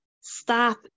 stop